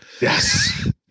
Yes